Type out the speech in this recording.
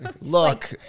look